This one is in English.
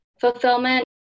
fulfillment